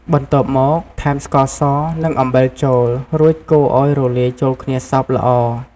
បន្ទាប់មក ថែមស្ករស និងអំបិលចូល រួចកូរឲ្យរលាយចូលគ្នាសព្វល្អ។